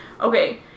okay